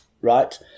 right